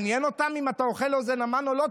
מעניין אותם אם אתה אוכל אוזן המן או לא,